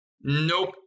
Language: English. nope